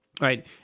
right